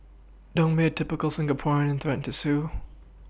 don't be a typical Singaporean and threaten to sue